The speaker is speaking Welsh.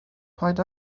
paid